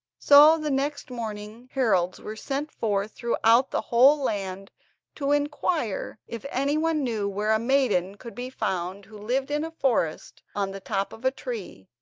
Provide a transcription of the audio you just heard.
so the next morning heralds were sent forth throughout the whole land to inquire if anyone knew where a maiden could be found who lived in a forest on the top of a tree,